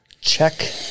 Check